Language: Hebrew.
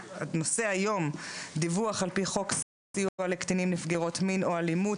הנושא הוא דיווח על פי חוק סיוע לקטינים נפגעי עבירות מין או אלימות,